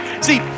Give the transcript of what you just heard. See